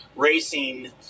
racing